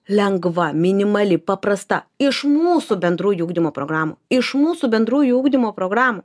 lengva minimali paprasta iš mūsų bendrųjų ugdymo programų iš mūsų bendrųjų ugdymo programų